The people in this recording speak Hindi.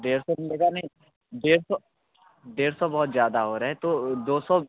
डेढ़ सौ का मिलेगा नहीं डेढ़ सौ डेढ़ सौ बहुत ज्यादा हो रहा है तो दो सौ